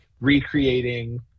recreating